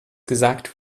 gesagt